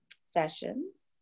sessions